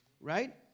right